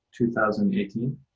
2018